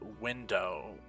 window